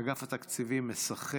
אגף התקציבים משחק,